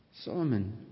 Solomon